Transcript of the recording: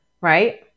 right